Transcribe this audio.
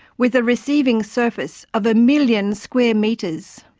with a receiving surface of a million square metres.